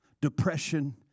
depression